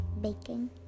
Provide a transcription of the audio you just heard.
baking